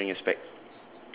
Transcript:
yup she's wearing a spec